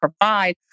provide